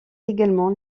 également